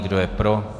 Kdo je pro?